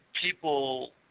people